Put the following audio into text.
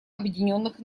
объединенных